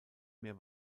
mehr